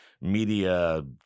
media